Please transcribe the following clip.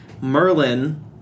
Merlin